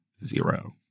zero